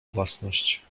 własność